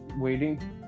waiting